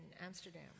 Amsterdam